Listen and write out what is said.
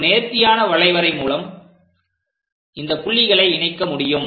ஒரு நேர்த்தியான வளைவரை மூலம் இந்த புள்ளிகளை இணைக்க முடியும்